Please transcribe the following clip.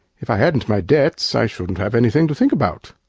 if i hadn't my debts i shouldn't have anything to think about.